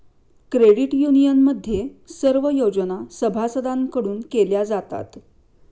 credit युनियनमध्ये सर्व योजना सभासदांकडून केल्या जातात